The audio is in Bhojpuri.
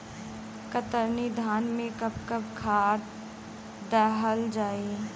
कतरनी धान में कब कब खाद दहल जाई?